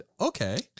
okay